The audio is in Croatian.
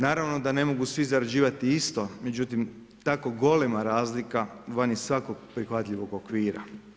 Naravno da ne mogu svi zarađivati isto, međutim tako golema razlika van je svakog prihvatljivog okvira.